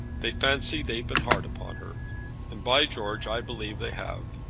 they fancy they've been hard upon her and, by george, i believe they have.